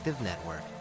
Network